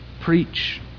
Preach